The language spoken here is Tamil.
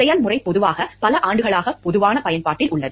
செயல்முறை பொதுவாக பல ஆண்டுகளாக பொதுவான பயன்பாட்டில் உள்ளது